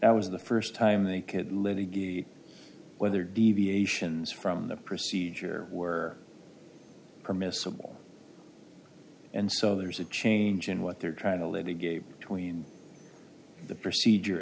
that was the first time they could litigate whether deviations from the procedure were permissible and so there's a change in what they're trying to litigate between the procedure